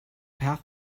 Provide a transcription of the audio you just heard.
path